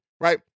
right